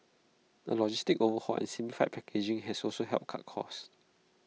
A logistics overhaul and simplified packaging have also helped cut costs